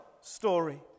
story